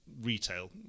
retail